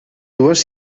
dues